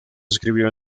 escribió